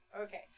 okay